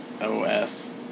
OS